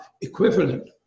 equivalent